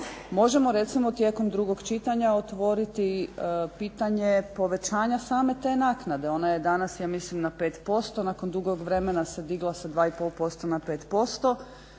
možemo recimo tijekom drugog čitanja otvoriti pitanje povećanja same te naknade. Ona je danas ja mislim na 5% nakon dugog vremena se digla sa 2,5% na 5%.